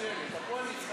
מצוינת, הכול,